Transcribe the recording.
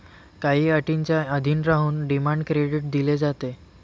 काही अटींच्या अधीन राहून डिमांड क्रेडिट दिले जाते